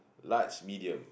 large medium